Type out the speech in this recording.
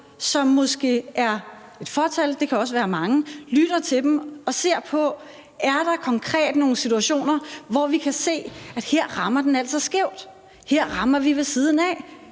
som måske er et fåtal, men det kan også være mange, og ser på, om der konkret er nogle situationer, hvor vi kan se at den altså rammer skævt, at her rammer vi ved siden af.